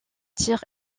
tir